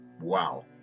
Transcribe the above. Wow